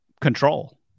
control